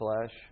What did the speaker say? flesh